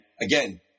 again